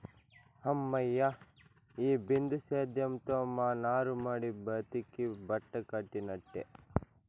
హమ్మయ్య, ఈ బిందు సేద్యంతో మా నారుమడి బతికి బట్టకట్టినట్టే